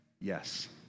yes